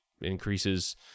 increases